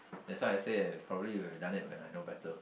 that's why I say probably would have done it when I know better